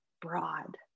broad